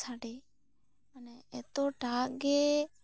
ᱥᱟᱰᱮ ᱚᱱᱟ ᱮᱛᱚᱴᱟᱜ ᱜᱮ